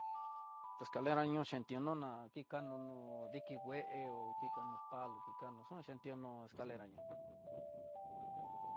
Escalera ñoxhinti uná dikikano noó, diki ngue ho kikano palo kikanó, kue xhun xhintiunó escalera ñoo.